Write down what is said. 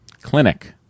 Clinic